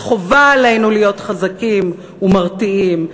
וחובה עלינו להיות חזקים ומרתיעים,